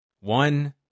One